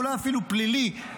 ואולי אפילו פלילי,